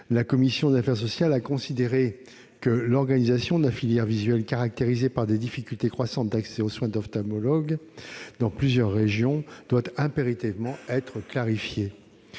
La commission des affaires sociales considère que l'organisation de la filière visuelle, caractérisée par des difficultés croissantes d'accès aux soins d'ophtalmologie dans plusieurs régions, doit impérativement être clarifiée.